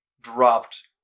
dropped